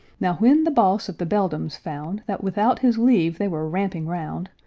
now when the boss of the beldams found that without his leave they were ramping round,